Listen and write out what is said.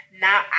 Now